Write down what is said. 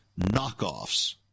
knockoffs